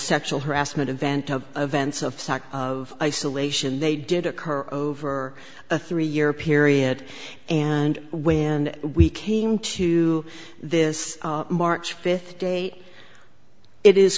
sexual harassment event of events of sack of isolation they did occur over a three year period and when we came to this march fifth day it is